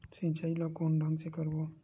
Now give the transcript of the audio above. सिंचाई ल कोन ढंग से करबो?